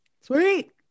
Sweet